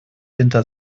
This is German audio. hinter